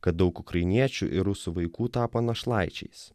kad daug ukrainiečių ir rusų vaikų tapo našlaičiais